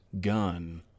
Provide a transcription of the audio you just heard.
gun